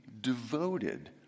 devoted